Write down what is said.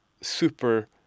super